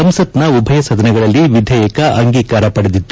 ಸಂಸತ್ನ ಉಭಯ ಸದನಗಳಲ್ಲಿ ವಿಧೇಯಕ ಅಂಗೀಕಾರ ಪಡೆದಿತ್ತು